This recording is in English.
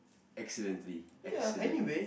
accidentally accidentally